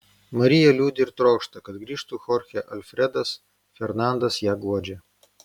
marija liūdi ir trokšta kad grįžtų chorchė alfredas fernandas ją guodžia